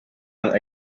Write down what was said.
and